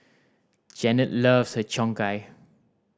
Jannette loves Har Cheong Gai